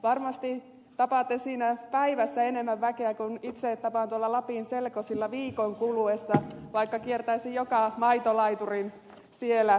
varmasti tapaatte siinä päivässä enemmän väkeä kuin itse tapaan tuolla lapin selkosilla viikon kuluessa vaikka kiertäisin joka maitolaiturin siellä